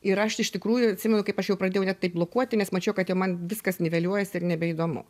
ir aš iš tikrųjų atsimenu kaip aš jau pradėjau net taip blokuoti nes mačiau kad jau man viskas niveliuojasi ir nebeįdomu